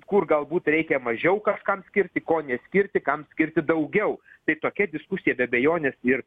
kur galbūt reikia mažiau kažkam skirti ko neskirti kam skirti daugiau tai tokia diskusija be abejonės ir